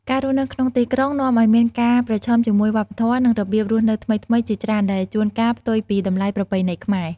ការរស់នៅក្នុងទីក្រុងនាំឱ្យមានការប្រឈមជាមួយវប្បធម៌ និងរបៀបរស់នៅថ្មីៗជាច្រើន ដែលជួនកាលផ្ទុយពីតម្លៃប្រពៃណីខ្មែរ។